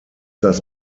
das